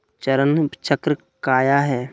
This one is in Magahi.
चरण चक्र काया है?